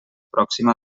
pròxima